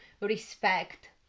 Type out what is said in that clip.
respect